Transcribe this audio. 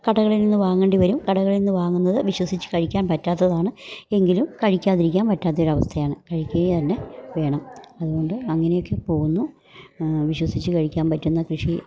കടകളിൽ നിന്ന് വാങ്ങേണ്ടി വരും കടകളിൽ നിന്ന് വാങ്ങുന്നത് വിശ്വസിച്ച് കഴിക്കാൻ പറ്റാത്തതാണ് എങ്കിലും കഴിക്കാതിരിക്കാൻ പറ്റാത്തൊരവസ്ഥയാണ് കഴിക്കുക തന്നെ വേണം അതുകൊണ്ട് അങ്ങനെയൊക്കെ പോകുന്നു വിശ്വസിച്ച് കഴിക്കാൻ പറ്റുന്ന കൃഷി